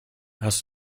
hast